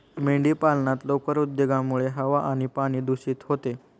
मेंढीपालनात लोकर उद्योगामुळे हवा आणि पाणी दूषित होते